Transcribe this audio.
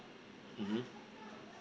mm